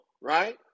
right